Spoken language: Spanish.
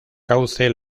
cauce